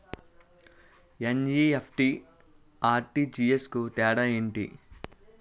NEFT, RTGS కు తేడా ఏంటి?